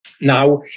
Now